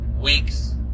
weeks